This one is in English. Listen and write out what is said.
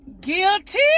Guilty